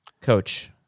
coach